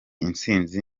intsinzi